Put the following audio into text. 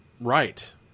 right